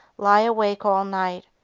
lie awake all night,